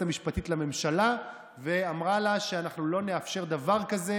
המשפטית לממשלה ואמרה לה שאנחנו לא נאפשר דבר כזה,